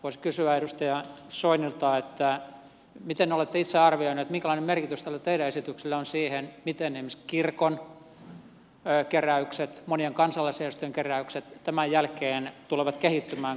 voisi kysyä edustaja soinilta miten olette itse arvioinut minkälainen merkitys tässä teidän esityksellänne on siihen miten esimerkiksi kirkon keräykset monien kansalaisjärjestöjen keräykset tämän jälkeen tulevat kehittymään